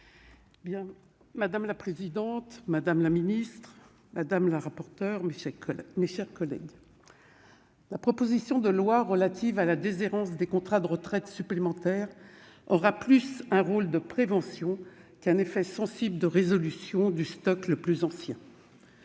Madame la présidente, madame la secrétaire d'État, mes chers collègues, la proposition de loi relative à la déshérence des contrats de retraite supplémentaire aura davantage un rôle de prévention qu'un effet sensible de résolution du stock de contrats